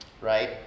right